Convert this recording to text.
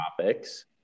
topics